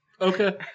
Okay